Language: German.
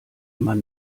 man